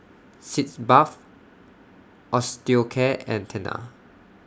Sitz Bath Osteocare and Tena